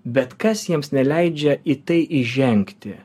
bet kas jiems neleidžia į tai įžengti